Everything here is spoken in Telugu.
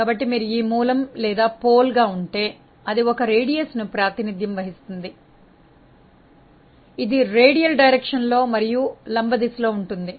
కాబట్టి మీరు ఈ మూలం లేదా పోల్ గా ఉంటే అది ఒక వ్యాసార్థం ను ప్రాతినిధ్యం వహిస్తుంది ఇది రేడియల్ దిశలో మరియు లంబ దిశ లో ఉంటుంది